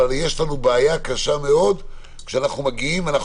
אבל יש לנו בעיה קשה מאוד כשאנחנו מגיעים אנחנו